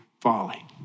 folly